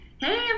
hey